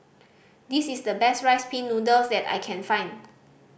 this is the best Rice Pin Noodles that I can find